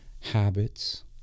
habits